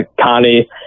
Connie